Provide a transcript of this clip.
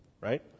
right